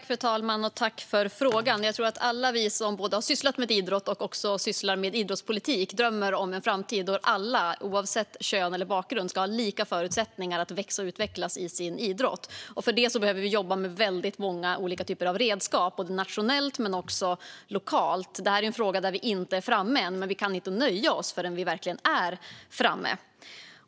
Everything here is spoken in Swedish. Fru talman! Tack, Emma Hult, för frågan! Jag tror att alla vi som både har sysslat med idrott och också sysslar med idrottspolitik drömmer om en framtid då alla oavsett kön och bakgrund ska ha lika förutsättningar att växa och utvecklas i sin idrott. För att komma dit behöver vi jobba med väldigt många olika typer av redskap både nationellt och lokalt. Det här är en fråga där vi inte är framme än, men vi kan inte nöja oss förrän vi verkligen är framme.